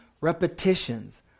repetitions